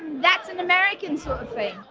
that's an american sort of thing